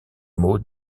mots